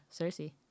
Cersei